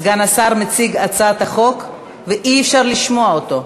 סגן השר מציג את הצעת החוק ואי-אפשר לשמוע אותו.